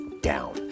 down